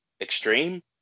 extreme